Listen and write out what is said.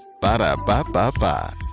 Ba-da-ba-ba-ba